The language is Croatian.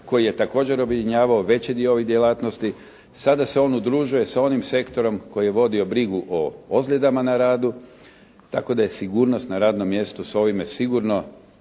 koji je također objedinjavao veći dio ovih djelatnosti, sada se on udružuje sa onim sektorom koji je vodio brigu o ozljedama na radu. Tako da je sigurnost na radnom mjestu sa ovime sigurno